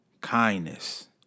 kindness